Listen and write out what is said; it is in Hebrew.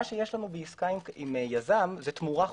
מה שיש לנו בעסקה עם יזם זה תמורה חוזית,